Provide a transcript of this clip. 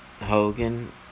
Hogan